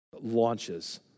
launches